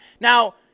Now